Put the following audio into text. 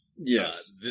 Yes